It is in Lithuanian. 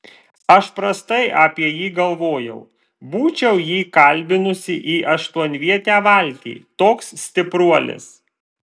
aš prastai apie jį galvojau būčiau jį kalbinusi į aštuonvietę valtį toks stipruolis